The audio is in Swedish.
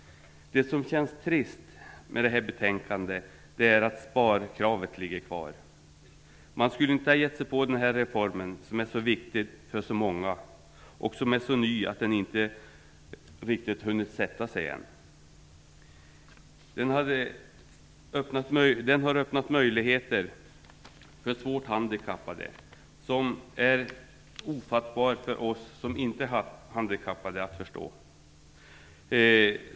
Det som känns trist med det här betänkandet är att sparkravet ligger kvar. Man skulle inte ha gett sig på den här reformen, som är så viktig för så många och som är så ny att den inte riktigt har hunnit sätta sig än. Den har öppnat möjligheter för svårt handikappade som är ofattbara för oss utan handikapp.